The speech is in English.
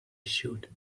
shoot